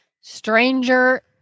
stranger